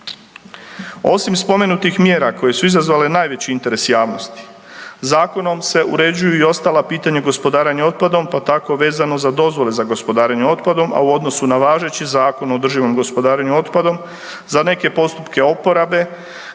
Osim spomenutih mjera koje su izazvale najveći interes javnosti, zakonom se uređuju i ostala pitanja gospodarenja otpadom pa tako vezano za dozvole za gospodarenje otpadom, a u odnosu na važeći Zakon o održivom gospodarenju otpadom za neke postupke oporabe